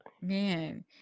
Man